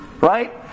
right